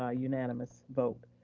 ah unanimous vote.